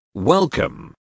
Welcome